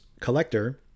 collector